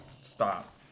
Stop